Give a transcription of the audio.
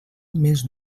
més